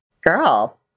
girl